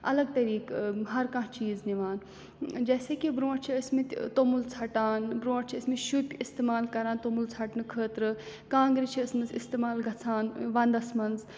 الگ طٔریٖقہٕ ہر کانٛہہ چیٖز نِوان جیسے کہِ برٛونٛٹھ چھِ ٲسۍمٕتۍ توٚمُل ژھَٹان برٛونٛٹھ چھِ ٲسۍمٕتۍ شُپۍ اِستعمال کَران توٚمُل ژھَٹنہٕ خٲطرٕ کانٛگرِ چھِ ٲسۍمٕژ استعمال گژھان وَنٛدَس منٛز